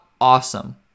awesome